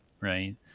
right